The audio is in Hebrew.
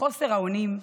חוסר האונים,